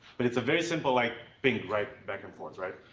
but it's a very simple, like, ping right back and forth. right?